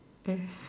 ya